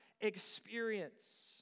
experience